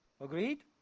Agreed